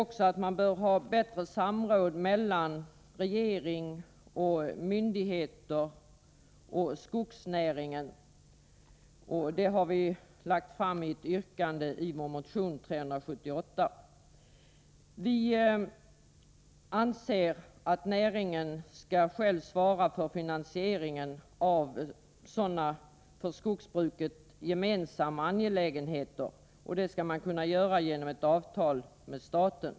I vår motion 378 har vi vidare framfört ett yrkande om att ett bättre samråd skall upprättas mellan regering, myndigheter och skogsnäring. Vi anser att näringen själv skall svara för finansieringen av vissa för skogsbruket gemensamma angelägenheter genom avtal med staten.